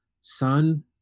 son